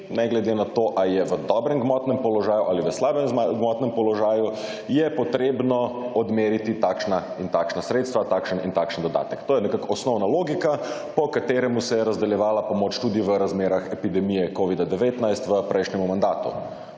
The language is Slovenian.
ne glede na to ali je v dobrem gmotnem položaju ali v slabem gmotnem položaju je potrebno odmeriti takšna in takšna sredstva, takšen in takšen dodatek. To je nekako osnovna logika, po katerem se je razdeljevala pomoč tudi v razmerah epidemije Covid-19 v prejšnjemu mandatu.